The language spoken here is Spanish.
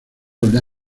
aldea